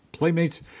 playmates